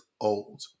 old